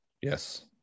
Yes